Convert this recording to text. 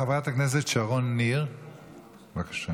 חברת הכנסת שרון ניר, בבקשה.